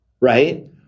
Right